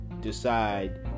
decide